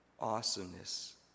awesomeness